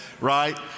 right